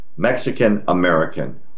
Mexican-American